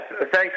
thanks